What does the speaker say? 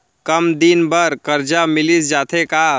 कम दिन बर करजा मिलिस जाथे का?